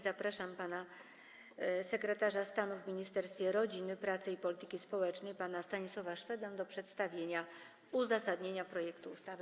Zapraszam sekretarza stanu w Ministerstwie Rodziny, Pracy i Polityki Społecznej pana Stanisława Szweda do przedstawienia uzasadnienia projektu ustawy.